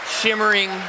shimmering